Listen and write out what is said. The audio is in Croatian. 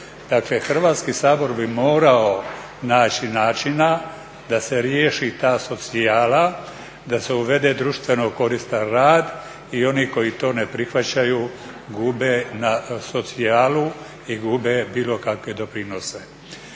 Hrvatski sabor bi morao naći načina da se riješi ta socijala, da se uvede društveno koristan rad i oni koji to ne prihvaćaju gube socijalu i gube bilo kakve doprinose.